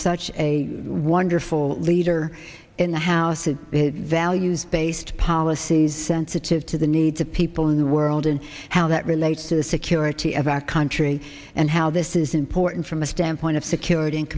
such a wonderful leader in the house a values based policies sensitive to the needs of people in the world and how that relates to the security of our country and how this is important from a standpoint of security and